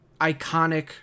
iconic